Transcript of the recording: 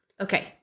Okay